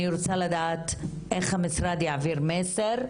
אני רוצה לדעת איך המשרד יעביר מסר,